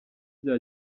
bya